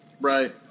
Right